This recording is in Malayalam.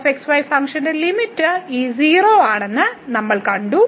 fxy ഫംഗ്ഷന്റെ ലിമിറ്റ് ഈ 0 ആണെന്ന് നമ്മൾ കണ്ടു